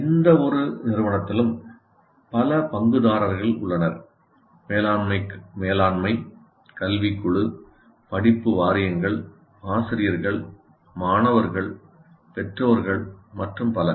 எந்தவொரு நிறுவனத்திலும் பல பங்குதாரர்கள் உள்ளனர் மேலாண்மை கல்விக் குழு படிப்பு வாரியங்கள் ஆசிரியர்கள் மாணவர்கள் பெற்றோர்கள் மற்றும் பல